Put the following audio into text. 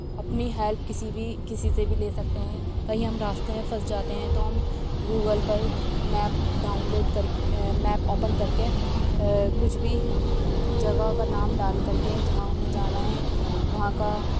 اپنی ہیلپ کسی بھی کسی سے بھی لے سکتے ہیں کہیں ہم راستے میں پھنس جاتے ہیں تو ہم گوگل پر میپ ڈاؤن لوڈ کر ک میپ اوپن کر کے کچھ بھی جگہ کا نام ڈال کر کے جہاں ہمیں جانا ہے وہاں کا